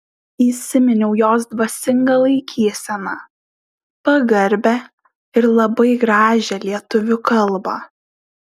įsiminiau jos dvasingą laikyseną pagarbią ir labai gražią lietuvių kalbą